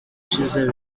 ishize